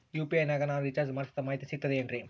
UPI ನಾಗ ನಾ recharge ಮಾಡಿಸಿದ ಮಾಹಿತಿ ಸಿಕ್ತದೆ ಏನ್ರಿ?